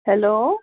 hello